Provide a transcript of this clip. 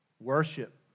Worship